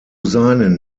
seinen